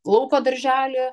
lauko darželį